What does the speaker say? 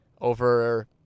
over